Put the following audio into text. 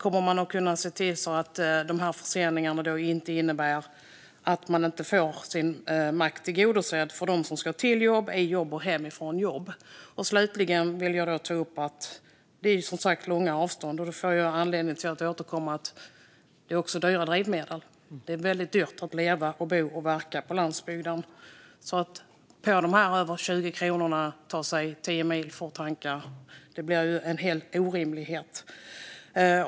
Kommer man att kunna se till att förseningarna inte innebär att de som ska till jobbet, är på jobbet eller ska hem från jobbet inte får sin mack tillgodosedd? Slutligen vill jag ta upp att det som sagt är långa avstånd, och då får jag anledning att återkomma till att det också är dyra drivmedel. Det är väldigt dyrt att leva, bo och verka på landsbygden. Att på de över 20 kronorna ta sig 10 mil för att tanka blir en orimlighet.